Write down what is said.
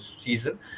season